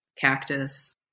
cactus